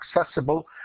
accessible